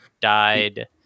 died